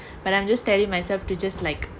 but I'm just telling myself to just like